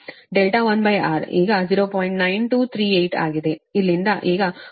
9238 ಆಗಿದೆ ಇಲ್ಲಿಂದ ಈಗ Cos R1 ಇದು 0